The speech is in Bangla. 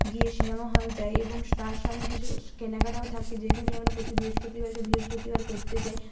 গিয়ে সিনেমা হল যাই এবং তার সঙ্গে কিছু কেনাকাটাও থাকে যেগুলি আমরা প্রতি বৃহস্পতিবারকে বৃহস্পতিবার করতে যাই